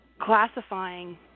classifying